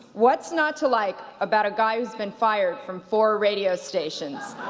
what's not to like about a guy who's been fired from four radio stations?